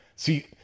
See